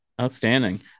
outstanding